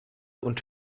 und